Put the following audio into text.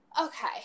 Okay